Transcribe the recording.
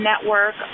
network